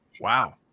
Wow